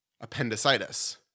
appendicitis